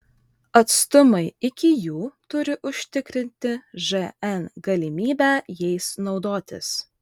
atstumai iki jų turi užtikrinti žn galimybę jais naudotis